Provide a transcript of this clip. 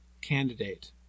candidate